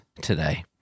today